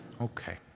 Okay